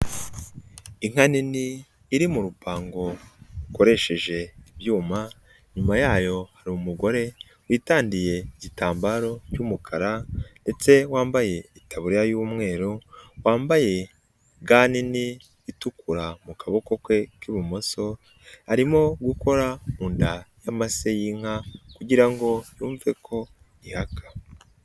Inka nini iri mu rupango ukoresheje ibyuma, inyuma yayo hari umugore witandiye igitambaro cy'umukara ndetse wambaye itaburiya y'umweru, wambaye ga nini itukura mu kaboko ke k'ibumoso, arimo gukora mu nda y'amase y'inka kugirango yumve ko ihaka.